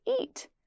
eat